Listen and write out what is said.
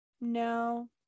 no